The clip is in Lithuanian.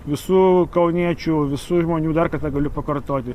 visų kauniečių visų žmonių dar kartą galiu pakartoti